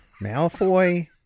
Malfoy